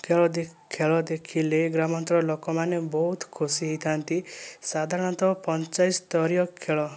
ଖେଳ ଖେଳ ଦେଖିଲେ ଗ୍ରାମାଞ୍ଚଳ ଲୋକମାନେ ବହୁତ ଖୁସି ହେଇଥାନ୍ତି ସାଧାରଣତଃ ପଞ୍ଚାୟତ ସ୍ତରୀୟ ଖେଳ